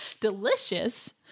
delicious